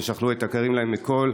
ששכלו את היקרים להן מכול,